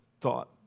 thought